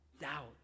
doubt